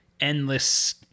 endless